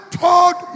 told